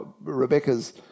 Rebecca's